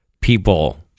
people